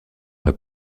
pas